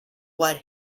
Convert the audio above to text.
what